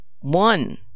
One